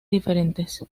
diferentes